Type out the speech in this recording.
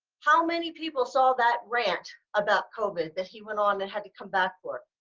how many people saw that rant about covid that he went on that had to come back for.